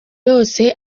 yose